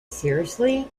seriously